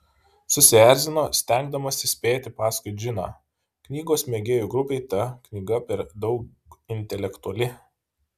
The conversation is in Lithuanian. susierzino stengdamasi spėti paskui džiną knygos mėgėjų grupei ta knyga per daug intelektuali